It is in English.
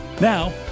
Now